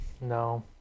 No